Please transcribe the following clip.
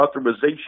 authorization